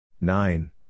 Nine